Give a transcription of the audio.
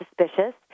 suspicious